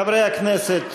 חברי הכנסת,